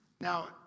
Now